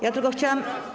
Ja tylko chciałam.